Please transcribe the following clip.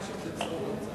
הכי חשוב זה משרד האוצר.